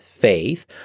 faith